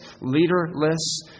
leaderless